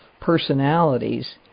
personalities